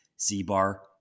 Z-Bar